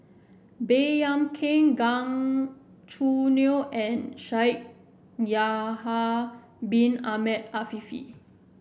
Baey Yam Keng Gan Choo Neo and Shaikh Yahya Bin Ahmed Afifi